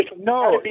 No